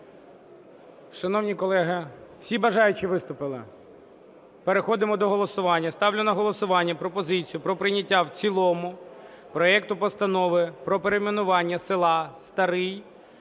Шановні колеги, всі бажаючі виступили? Переходимо до голосування. Ставлю на голосування пропозицію про прийняття в цілому проекту Постанови про перейменування села Старий